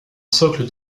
socle